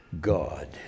God